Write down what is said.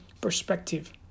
perspective